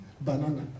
banana